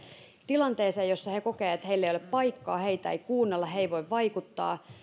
tilanteeseen jossa he kokevat että heille ei ole paikkaa heitä ei kuunnella he eivät voi vaikuttaa